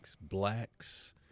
blacks